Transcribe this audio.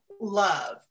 love